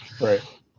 Right